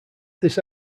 this